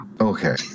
Okay